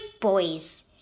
boys